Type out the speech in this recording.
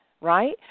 right